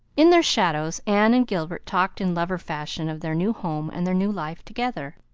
in their shadows anne and gilbert talked in lover-fashion of their new home and their new life together.